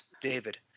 David